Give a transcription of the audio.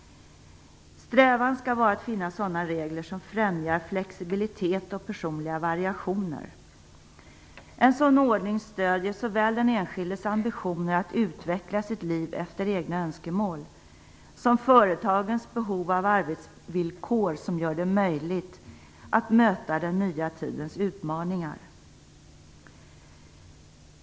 Strävan skall vara att finna sådana regler som främjar flexibilitet och personliga variationer. En sådan ordning stöder såväl den enskildes ambitioner att utveckla sitt liv efter egna önskemål som företagens behov av arbetsvillkor som gör det möjligt att möta den nya tidens utmaningar.